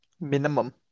Minimum